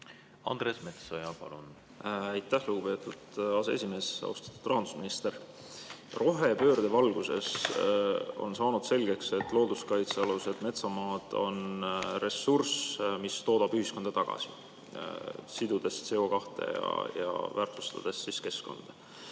Andres Metsoja, palun! Aitäh, lugupeetud aseesimees! Austatud rahandusminister! Rohepöörde valguses on saanud selgeks, et looduskaitsealused metsamaad on ressurss, mis toodab ühiskonnale väärtust, sidudes CO2ja väärtustades keskkonda.